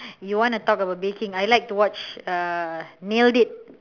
you wanna talk about baking I like to watch uh nailed it